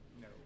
No